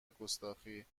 گستاخی